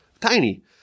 Tiny